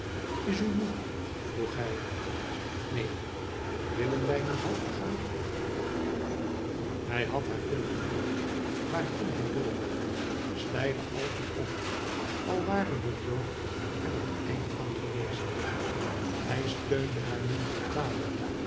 is u moe vroeg hij neen willen wij dan nu hooger gaan ja hij had haar kunnen voeren waarheen hij wilde steile alpen op al ware de dood er het eind van geweest hij steunde haar nu brutaler